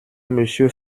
monsieur